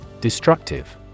Destructive